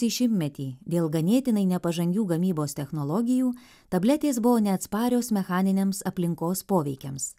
šimtmetį dėl ganėtinai nepažangių gamybos technologijų tabletės buvo neatsparios mechaniniams aplinkos poveikiams